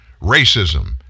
racism